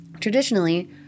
Traditionally